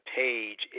page